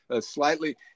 slightly